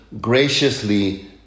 graciously